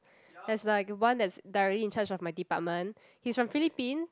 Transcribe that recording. there's like one that's directly in charge of my department he's from Philippine